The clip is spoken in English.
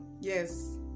Yes